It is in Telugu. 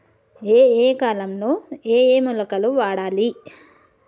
ఏయే కాలంలో ఏయే మొలకలు వాడాలి?